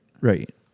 right